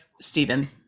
Stephen